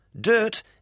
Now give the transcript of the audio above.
Dirt